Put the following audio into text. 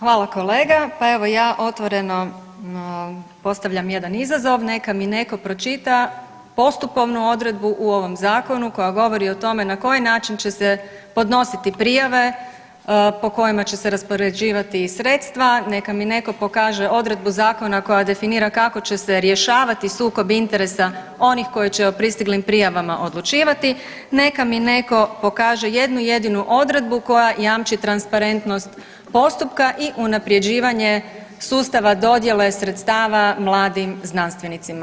Hvala kolega, pa evo ja otvoreno postavljam jedan izazov neka mi netko pročita postupovnu odredbu u ovom zakonu koja govori o tome na koji način će se podnositi prijave po kojima će se raspoređivati i sredstva, neka mi netko pokaže odredbu zakona koja definira kako će se rješavati sukob interesa onih koji će o pristiglim prijavama odlučivati, neka mi netko pokaže jednu jedinu odredbu koja jamči transparentnost postupka i unaprjeđivanje sustava dodjele sredstava mladim znanstvenicima.